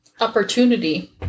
opportunity